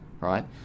right